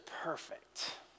perfect